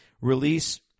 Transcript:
release